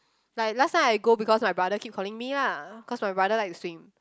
like last time I go because my brother keep calling me ah cause my brother like to swim